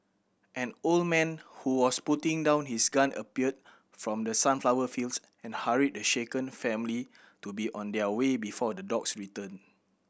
an old man who was putting down his gun appeared from the sunflower fields and hurried the shaken family to be on their way before the dogs return